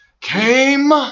came